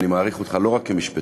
אני מעריך אותך לא רק כמשפטן,